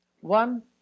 one